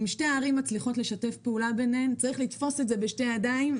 אם שתי הערים מצליחות לשתף ביניהן פעולה צריך לתפוס את זה בשתי ידיים,